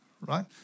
right